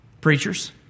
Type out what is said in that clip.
preachers